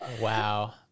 Wow